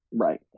Right